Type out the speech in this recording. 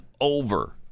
over